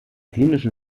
klinischen